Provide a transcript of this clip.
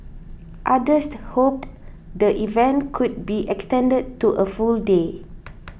others hoped the event could be extended to a full day